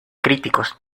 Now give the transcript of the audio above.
críticos